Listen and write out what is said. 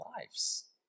lives